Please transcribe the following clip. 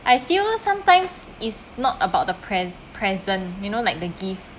I feel sometimes is not about the pres~ present you know like the gift